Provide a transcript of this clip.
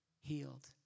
healed